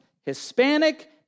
Hispanic